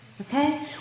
Okay